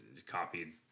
Copied